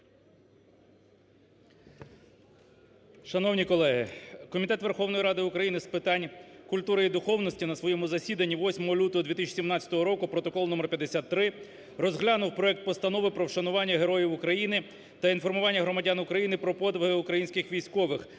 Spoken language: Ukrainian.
Шановні колеги! Комітет Верховної Ради України з питань культури і духовності на своєму засіданні 8 лютого 2017 року (протокол номер 53) розглянув проект Постанови про вшанування героїв України та інформування громадян України про подвиги українських військових